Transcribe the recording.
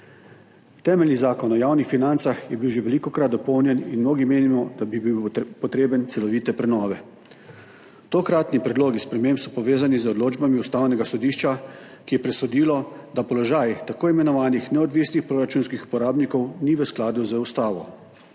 Temeljni Zakon o javnih financah je bil že velikokrat dopolnjen in mnogi menimo, da bi bil potreben celovite prenove. Tokratni predlogi sprememb so povezani z odločbami Ustavnega sodišča, ki je presodilo, da položaj tako imenovanih neodvisnih proračunskih uporabnikov ni v skladu z ustavo.